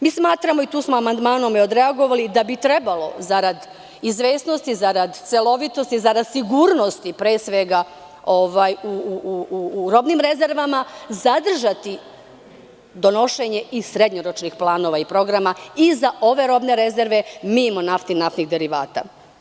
Mi smatramo i tu smo amandmanom odreagovali da bi trebalo zarad sigurnosti, pre svega, u robnim rezervama, zadržati donošenje tih srednjoročnih planova i programa i za ove robne rezerve, mimo nafte i naftnih derivata.